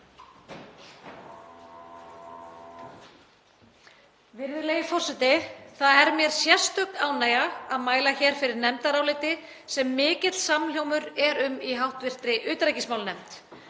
Virðulegi forseti. Það er mér sérstök ánægja að mæla hér fyrir nefndaráliti sem mikill samhljómur er um í hv. utanríkismálanefnd.